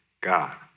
God